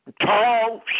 tall